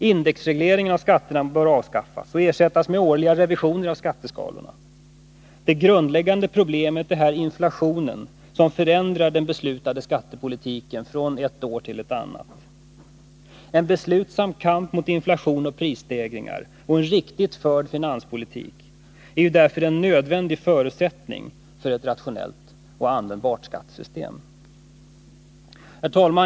Indexregleringen av skatterna bör avskaffas och ersättas med årliga revisioner av skatteskalorna. Det grundläggande problemet är här inflationen, som förändrar den beslutade skattepolitiken från ett år till ett annat. En beslutsam kamp mot inflation och prisstegringar och en riktigt förd finanspolitik är därför nödvändiga förutsättningar för ett rationellt och användbart skattesystem. Herr talman!